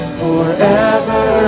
forever